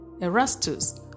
Erastus